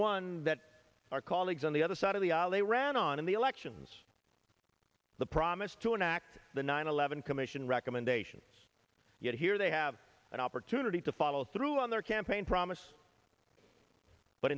one that our colleagues on the other side of the aisle they ran on in the elections the promise to enact the nine eleven commission recommendations yet here they have an opportunity to follow through on their campaign promise but